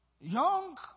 Young